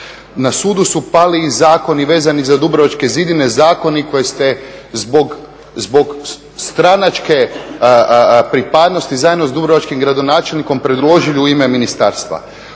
Na sudu su pali i zakoni vezani za Dubrovačke zidine, zakoni koje ste zbog stranačke pripadnosti zajedno s Dubrovačkim gradonačelnikom predložili u ime ministarstva.